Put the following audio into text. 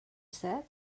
said